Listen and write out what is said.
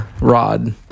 Rod